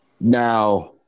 Now